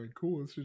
cool